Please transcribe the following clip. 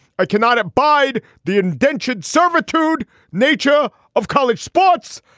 i cannot abide the indentured servitude nature of college sports.